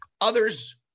Others